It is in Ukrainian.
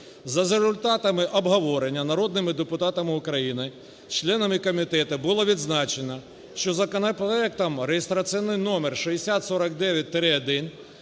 За результатами обговорення народними депутатами України - членами комітету було відзначено, що законопроектом (реєстраційний номер 6049-1)